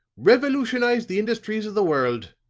revolutionized the industries of the world.